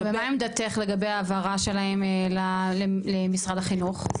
ומה עמדתך לגבי ההעברה שלהם למשרד החינוך?